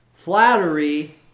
Flattery